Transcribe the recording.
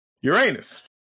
Uranus